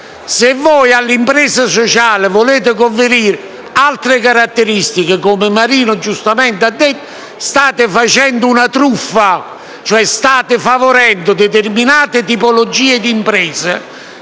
Se voi all'impresa sociale volete conferire altre caratteristiche, come Marino giustamente ha detto, state facendo una truffa: state favorendo determinate tipologie d'impresa